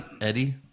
Eddie